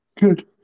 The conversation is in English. Good